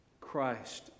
Christ